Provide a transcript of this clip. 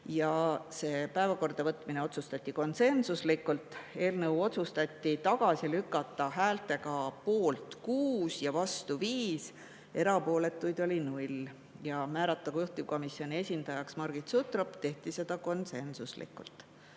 See päevakorda võtmine otsustati konsensuslikult. Eelnõu otsustati tagasi lükata häältega poolt 6 ja vastu 5, erapooletuid oli 0. Otsus määrata juhtivkomisjoni esindajaks Margit Sutrop tehti konsensuslikult.